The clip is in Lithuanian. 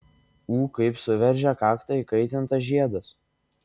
ū kaip suveržė kaktą įkaitintas žiedas